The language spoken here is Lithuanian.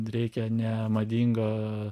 reikia ne madingo